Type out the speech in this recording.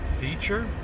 feature